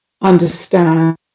understand